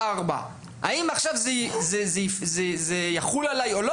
4. האם עכשיו זה יחול עליי או לא?